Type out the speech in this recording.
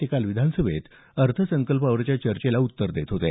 ते काल विधानसभेत अर्थसंकल्पावरच्या चर्चेला उत्तर देत होते